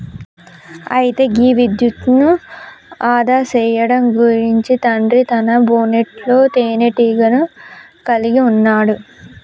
అయితే గీ విద్యుత్ను ఆదా సేయడం గురించి తండ్రి తన బోనెట్లో తీనేటీగను కలిగి ఉన్నాడు